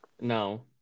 No